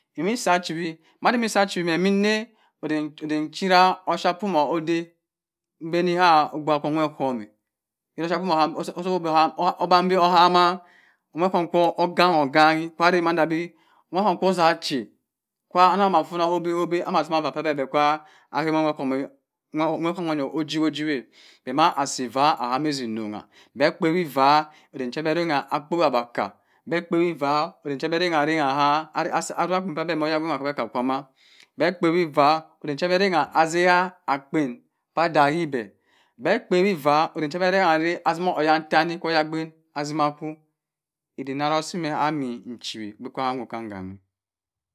. Ewinsa achiwe mma diwinsa achiwe mme neh oden chera offiapium odey mbeniha ugbugha ower okum eh offiapium oham osuhube oham obangbe ohama owekom kwo ogange-oganghe kwa are mandabi mma osum kwa ache kwa anamma afuna ogbe amma atima beh kwa ahemo unwer kwo usiwuji peh beh kpewi eva eden cha mme erengh akpe bah aka beh kpewi eva eden cha beh rengha rengha ha aruk akpen bah beh mma oyagbin nwa abeh hah akwa mma beh arangha asiha akpen pah daghe beh kpewi eva eden cha beh arengha asimo oyant ane kwo oyagbin asima akwu edi na asimeh hami nchiwi ogbe kam hameh.